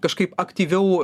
kažkaip aktyviau